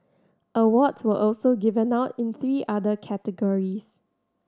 awards were also given out in three other categories